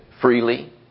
freely